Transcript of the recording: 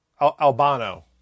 Albano